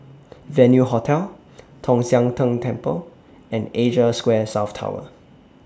Venue Hotel Tong Sian Tng Temple and Asia Square South Tower